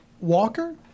Walker